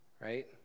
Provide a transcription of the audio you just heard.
right